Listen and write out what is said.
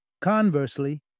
Conversely